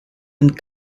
and